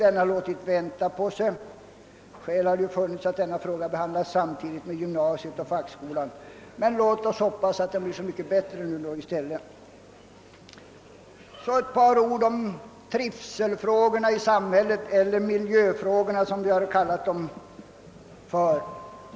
Den har låtit vänta på sig trots att det fanns skäl att behandla detta spörsmål samtidigt med frågan om gymnasiet och fackskolan, men låt oss hoppas att det nu blir så mycket bättre. Så några ord om trivselfrågorna i samhället — eller miljöfrågorna som vi tidigare har kallat dem.